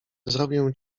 zrobię